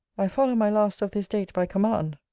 i follow my last of this date by command.